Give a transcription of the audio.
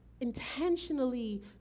intentionally